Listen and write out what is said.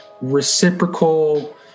reciprocal